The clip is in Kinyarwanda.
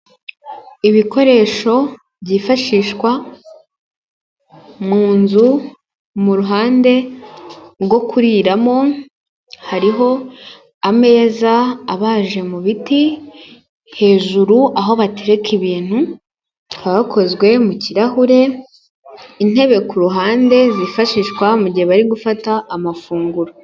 Ibikoresho byifashishwa mu nzu, mu ruhande rwo kuriramo hariho ameza abaje mu biti, hejuru aho batereka ibintu hakozwe mu kirahure, intebe ku ruhande zifashishwa mu gihe bari gufata amafunguro.